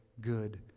good